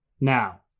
Now